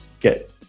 Good